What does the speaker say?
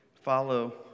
follow